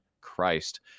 Christ